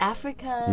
Africa